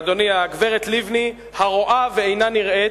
אדוני, הגברת לבני, הרואה ואינה נראית,